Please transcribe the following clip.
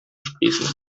sprießen